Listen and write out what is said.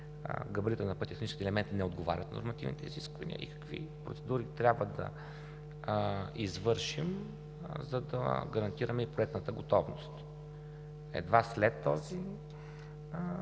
Габаритът на пътя и техническите елементи не отговарят на нормативните изисквания и какви процедури трябва да извършим, за да гарантираме и проектната готовност. Едва след този